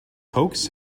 coax